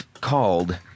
called